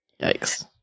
Yikes